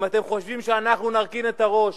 אם אתם חושבים שאנחנו נרכין את הראש